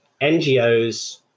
NGOs